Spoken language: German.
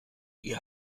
ihr